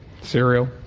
cereal